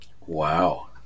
Wow